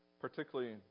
particularly